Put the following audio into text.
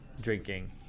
drinking